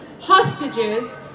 hostages